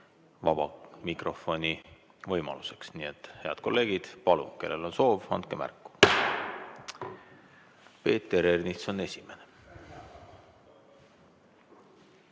vabas mikrofonis. Nii et, head kolleegid, palun, kellel on soov, andke märku! Peeter Ernits on esimene.